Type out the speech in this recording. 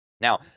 Now